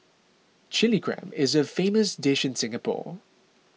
Chilli Crab is a famous dish in Singapore